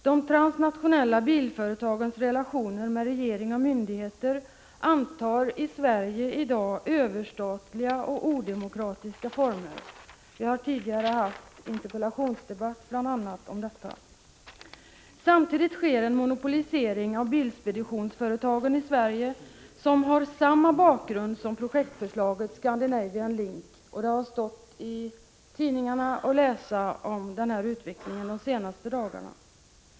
De transnationella bilföretagens relationer till regering och myndigheter antar i Sverige överstatliga och odemokratiska former — detta har tidigare diskuterats i en interpellationsdebatt. Samtidigt sker en monopolisering av bilspeditionsföretagen i Sverige, en monopolisering som har samma bakgrund som när det gäller projektförslaget Scandinavian Link. Denna utveckling har vi kunnat läsa om i tidningarna under de senaste dagarna.